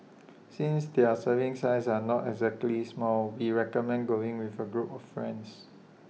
since their serving sizes are not exactly small we recommend going with A group of friends